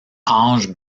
ange